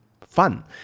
fun